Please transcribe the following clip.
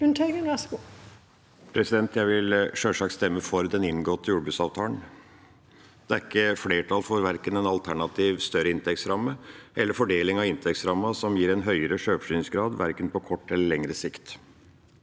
Jeg vil sjølsagt stemme for den inngåtte jordbruksavtalen. Det er ikke flertall for verken en alternativ, større inntektsramme eller en fordeling av inntektsrammen som gir en høyere sjølforsyningsgrad, verken på kort eller lengre sikt.